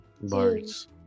Birds